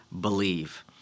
believe